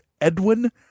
Edwin